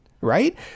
right